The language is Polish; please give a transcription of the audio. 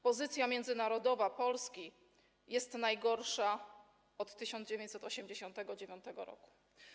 Pozycja międzynarodowa Polski jest najgorsza od 1989 r.